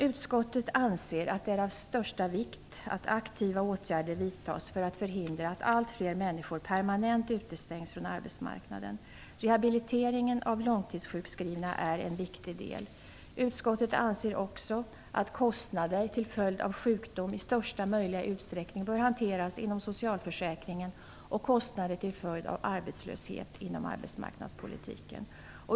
Utskottet anser att det är av största vikt att aktiva åtgärder vidtas för att förhindra att allt fler människor permanent utestängs från arbetsmarknaden. Rehabiliteringen av långtidssjukskrivna är en viktig del. Utskottet anser också att kostnader till följd av sjukdom i största möjliga utsträckning bör hanteras inom socialförsäkringen och kostnader till följd av arbetslöshet inom arbetsmarknadspolitiken.